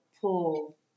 pull